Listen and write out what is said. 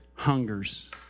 Hungers